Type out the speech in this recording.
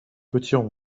petits